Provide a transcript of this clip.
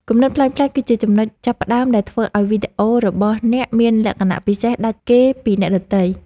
គំនិតប្លែកៗគឺជាចំណុចចាប់ផ្តើមដែលធ្វើឱ្យវីដេអូរបស់អ្នកមានលក្ខណៈពិសេសដាច់គេពីអ្នកដទៃ។